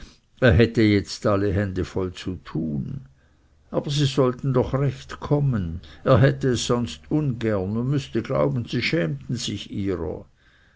er hätte jetzt alle hände voll zu tun aber sie sollten doch recht kommen er hätte es sonst ungern und müßte glauben sie schämten sich ihrer